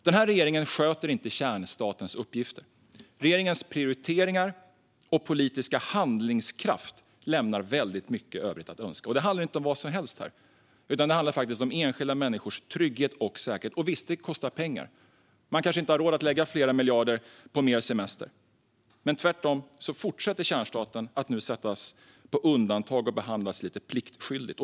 Den här regeringen sköter inte kärnstatens uppgifter. Regeringens prioriteringar och politiska handlingskraft lämnar väldigt mycket i övrigt att önska. Det handlar inte om vad som helst här, utan det handlar faktiskt om enskilda människors trygghet och säkerhet. Visst, det kostar pengar. Man kanske inte har råd att lägga flera miljarder på mer semester. Men tvärtom fortsätter kärnstaten nu att sättas på undantag och behandlas lite pliktskyldigt.